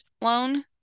loan